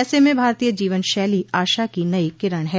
ऐसे में भारतीय जीवन शैली आशा की नई किरण है